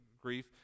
grief